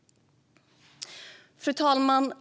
Fru talman!